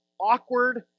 awkward